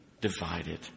divided